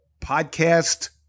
Podcast